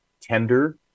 tender